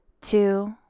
two